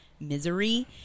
Misery